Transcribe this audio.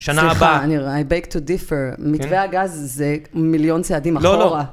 סליחה, I beg to differ, מטבע הגז זה מיליון שעדים אחורה.